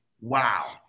Wow